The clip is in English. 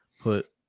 put